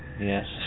Yes